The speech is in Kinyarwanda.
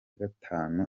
gatanu